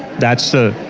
that's the.